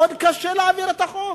מאוד קשה להעביר את החוק.